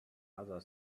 other